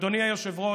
אדוני היושב-ראש,